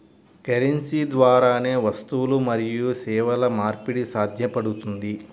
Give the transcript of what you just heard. currency ద్వారానే వస్తువులు మరియు సేవల మార్పిడి సాధ్యపడుతుంది